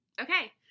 Okay